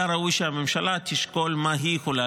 היה ראוי שהממשלה תשקול מה היא יכולה